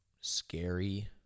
scary